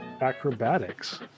acrobatics